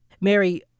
Mary